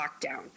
lockdown